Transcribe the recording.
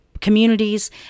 communities